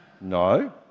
No